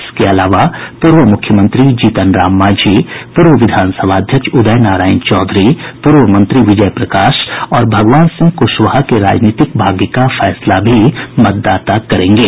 इसके अलावा पूर्व मुख्यमंत्री जीतन राम मांझी पूर्व विधानसभा अध्यक्ष उदय नारायण चौधरी पूर्व मंत्री विजय प्रकाश और भगवान सिंह कुशवाहा के राजनीतिक भाग्य का फैसला भी मतदाता करेंगे